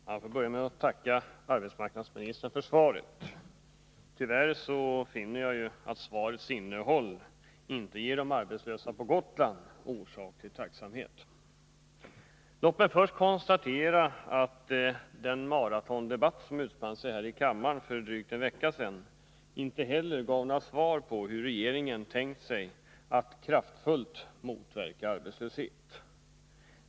Fru talman! Jag vill börja med att tacka arbetsmarknadsministern för svaret. Tyvärr finner jag att svarets innehåll inte ger de arbetslösa på Gotland orsak till tacksamhet. Låt mig först konstatera att den ”maratondebatt” som utspann sig här i kammaren för drygt en vecka sedan inte heller gav några svar på hur regeringen tänkt sig att kraftfullt motverka arbetslöshet.